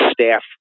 staff